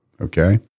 okay